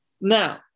Now